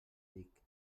dic